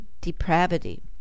depravity